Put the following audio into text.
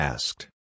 Asked